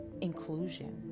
inclusion